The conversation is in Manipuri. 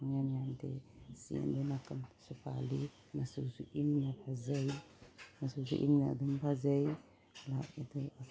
ꯄꯪꯌꯥꯝ ꯌꯥꯝꯗꯦ ꯆꯦꯟꯁꯨ ꯅꯥꯀꯟꯗꯁꯨ ꯄꯥꯜꯂꯤ ꯃꯆꯨꯁꯨ ꯏꯪꯅ ꯐꯖꯩ ꯃꯆꯨꯁꯨ ꯏꯪꯅ ꯑꯗꯨꯝ ꯐꯖꯩ ꯂꯥꯛꯏꯗꯨ